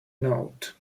note